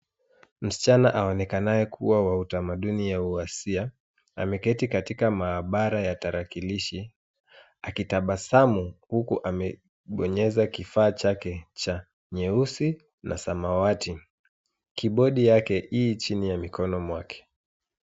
Msichana aonekanaye kuwa wa utamaduni ya uwasia ameketi katika maabara ya tarakilishi akitabasamu huku amebonyeza kifaa chake cha nyeusi na samawati. Kibodi yake ii chini ya mkono mwake.